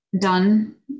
done